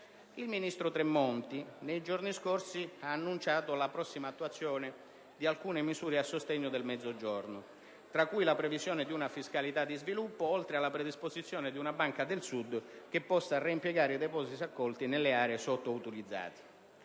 Il ministro Tremonti ha annunciato nei giorni scorsi la prossima attuazione di alcune misure a sostegno del Mezzogiorno, tra cui la previsione di una fiscalità di sviluppo, oltre alla predisposizione di una banca del Sud che possa reimpiegare i depositi accolti nelle aree sottoutilizzate.